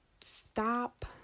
stop